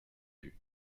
vus